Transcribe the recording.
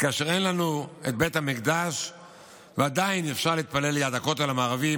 כאשר אין לנו את בית המקדש ועדיין אפשר להתפלל ליד הכותל המערבי,